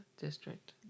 district